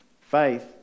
faith